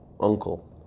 Uncle